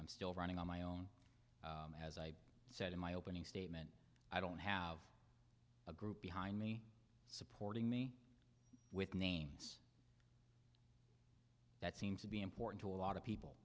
i'm still running on my own as i said in my opening statement i don't have a group behind me supporting me with names that seem to be important to a lot of people